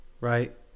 Right